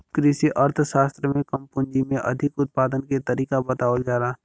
कृषि अर्थशास्त्र में कम पूंजी में अधिक उत्पादन के तरीका बतावल जाला